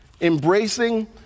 Embracing